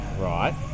Right